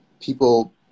people